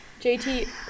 JT